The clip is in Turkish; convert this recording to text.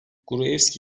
gruevski